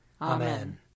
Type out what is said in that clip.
Amen